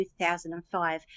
2005